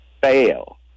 fail